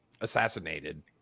assassinated